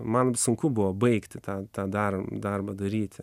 man sunku buvo baigti tą tą dar darbą daryti